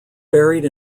buried